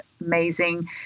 amazing